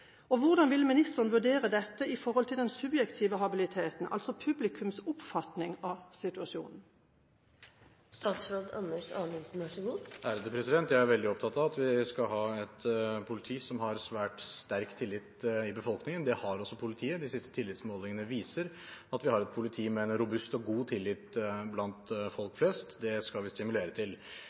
situasjonen? Jeg er veldig opptatt av at vi skal ha et politi som har svært sterk tillit i befolkningen. Det har politiet. De siste tillitsmålingene viser at vi har et politi med en robust og god tillit blant folk flest. Det skal vi stimulere til.